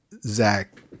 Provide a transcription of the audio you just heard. Zach